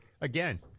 again